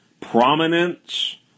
prominence